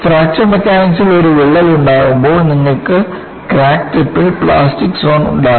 fracture മെക്കാനിക്സിൽ ഒരു വിള്ളൽ ഉണ്ടാകുമ്പോൾ നിങ്ങൾക്ക് ക്രാക്ക് ടിപ്പിൽ പ്ലാസ്റ്റിക് സോൺ ഉണ്ടാകും